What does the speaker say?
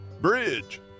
Bridge